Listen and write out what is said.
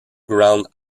ground